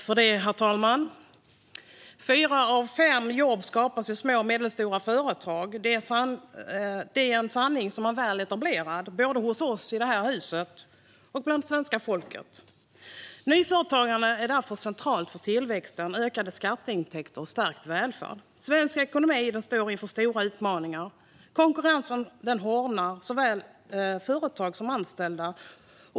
Herr talman! Fyra av fem jobb skapas i små och medelstora företag. Det är en sanning som är väletablerad både hos oss i det här huset och bland svenska folket. Nyföretagande är därför centralt för tillväxten, ökade skatteintäkter och stärkt välfärd. Svensk ekonomi står inför stora utmaningar. Konkurrensen hårdnar för såväl företag som anställda.